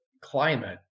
climate